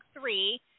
three